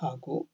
ಹಾಗೂ